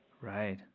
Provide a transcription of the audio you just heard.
Right